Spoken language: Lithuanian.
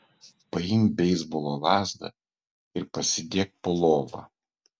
paimk beisbolo lazdą ir pasidėk po lova